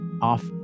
off